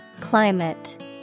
Climate